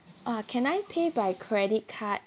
ah can I pay by credit card